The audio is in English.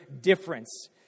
difference